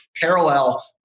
parallel